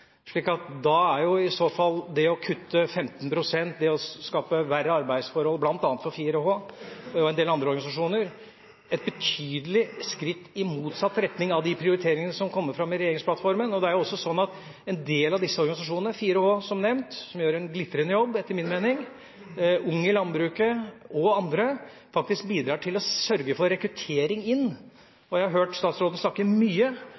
Da er i så fall det å kutte 15 pst. og det å skape verre arbeidsforhold bl.a. for 4H og en del andre organisasjoner et betydelig skritt i motsatt retning av de prioriteringene som kommer fram i regjeringsplattformen. En del av disse organisasjonene – 4H, som nevnt, som gjør en glitrende jobb etter min mening, Ung i landbruket og andre – bidrar til å sørge for rekruttering inn i næringa. Jeg har hørt statsråden snakke mye